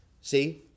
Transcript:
See